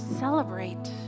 celebrate